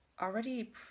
already